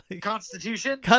constitution